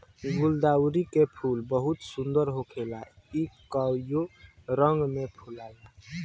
गुलदाउदी के फूल बहुत सुंदर होखेला इ कइगो रंग में फुलाला